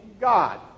God